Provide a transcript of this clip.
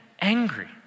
angry